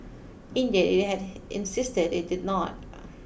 indeed it had insisted it did not